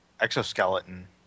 exoskeleton